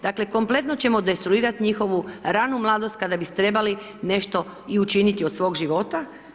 Dakle kompletno ćemo destruirati njihovu ranu mladost kada bi treba nešto i učiniti od svog života.